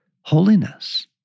holiness